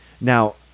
Now